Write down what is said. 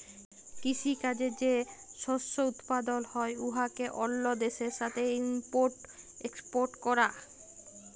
কিসি কাজে যে শস্য উৎপাদল হ্যয় উয়াকে অল্য দ্যাশের সাথে ইম্পর্ট এক্সপর্ট ক্যরা